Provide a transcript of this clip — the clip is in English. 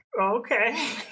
Okay